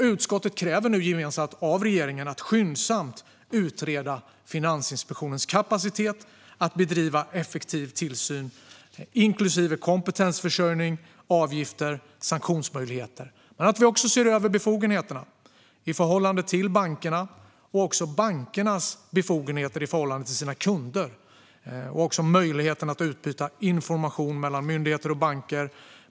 Utskottet kräver nu gemensamt att regeringen skyndsamt utreder Finansinspektionens kapacitet att bedriva effektiv tillsyn inklusive kompetensförsörjning, avgifter och sanktionsmöjligheter. Även befogenheterna i förhållande till bankerna behöver ses över. Det gäller även bankernas befogenheter i förhållande till sina kunder och möjligheten att utbyta information mellan myndigheter och banker.